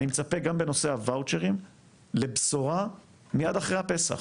אני מצפה גם בנושא הוואוצ'רים לבשורה מיד אחרי הפסח.